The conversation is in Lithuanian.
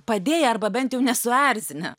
padėję arba bent jau nesuerzinę